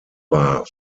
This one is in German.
war